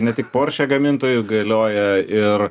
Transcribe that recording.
ne tik porsche gamintojui galioja ir